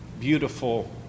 beautiful